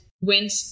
went